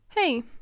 Hey